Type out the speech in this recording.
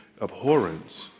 abhorrence